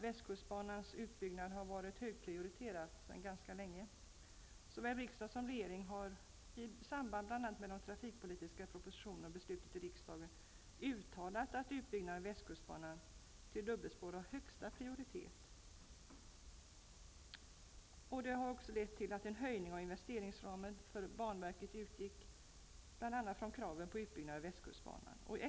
Västkustbanans utbyggnad har varit högprioriterad sedan ganska lång tid tillbaka. Såväl riksdag som regering har -- bl.a. i samband med den trafikpolitiska propositionen och beslutet i riksdagen -- uttalat att utbyggnad av västkustbanan till dubbelspår har högsta prioritet. Det har också lett till att en höjning av investeringsramen för banverket utgick bl.a. från kraven på utbyggnad av västkustbanan.